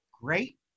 Great